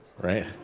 right